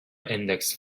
index